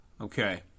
Okay